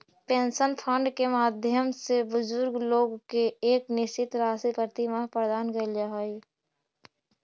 pension fund के माध्यम से बुजुर्ग लोग के एक निश्चित राशि प्रतिमाह प्रदान कैल जा हई